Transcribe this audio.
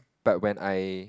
but when I